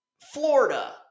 Florida